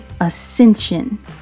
Ascension